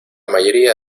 mayoría